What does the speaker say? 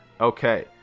Okay